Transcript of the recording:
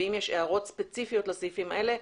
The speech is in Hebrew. ואם יש הערות ספציפיות לסעיפים האלה,